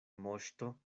moŝto